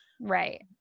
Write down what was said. Right